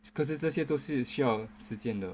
because 这些都是需要时间的